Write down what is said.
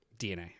DNA